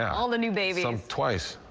all the new babies. some twice.